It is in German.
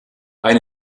ein